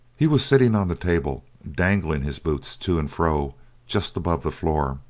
he was sitting on the table, dangling his boots to and fro just above the floor,